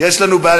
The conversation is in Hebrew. "יש לנו בעיה,